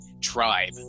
tribe